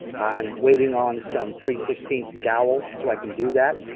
i'm waiting on some three sixteen inch dowel so i can do that.